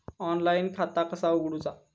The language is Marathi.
ऑनलाईन खाता कसा उगडूचा?